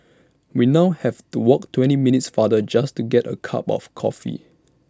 we now have to walk twenty minutes farther just to get A cup of coffee